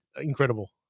incredible